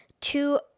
two